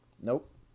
Nope